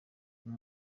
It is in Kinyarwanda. uyu